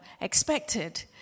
expected